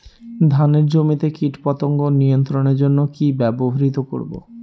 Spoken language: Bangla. ধানের জমিতে কীটপতঙ্গ নিয়ন্ত্রণের জন্য কি ব্যবহৃত করব?